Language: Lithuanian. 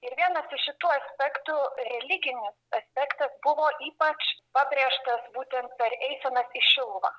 ir vienas iš šitų aspektų religinis aspektas buvo ypač pabrėžtas būtent per eisenas į šiluvą